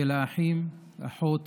של האחים, האחות